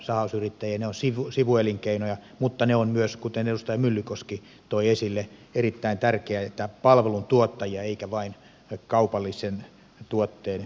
ne ovat sivuelinkeinoja mutta ne ovat myös kuten edustaja myllykoski toi esille erittäin tärkeitä palveluntuottajia eivätkä vain kaupallisen tuotteen myyjiä